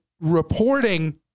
reporting